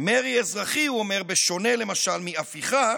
מרי אזרחי, הוא אומר, בשונה למשל מהפיכה,